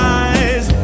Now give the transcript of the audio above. eyes